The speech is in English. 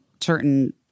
certain